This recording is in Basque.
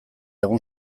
egun